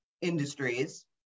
industries